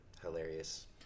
hilarious